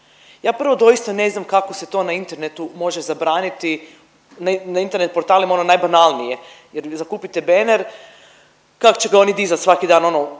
Ja prvo doista ne znam kako se to na internetu može zabraniti na internet portalima ono najbanalnije jer bi zakupite banner kak će ga oni dizat svaki dan ono